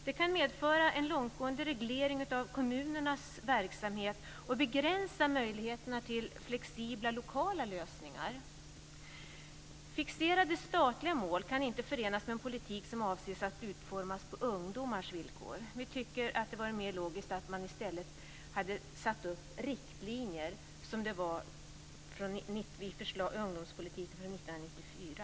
De kan medföra en långtgående reglering av kommunernas verksamhet och begränsa möjligheterna till flexibla, lokala lösningar. Fixerade statliga mål kan inte förenas med en politik som avses att utformas på ungdomars villkor. Vi tycker att det hade varit mer logiskt att i stället sätta upp riktlinjer, som fallet var i förslaget om ungdomspolitiken från 1994.